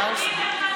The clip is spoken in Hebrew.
מצביע נגד.